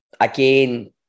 again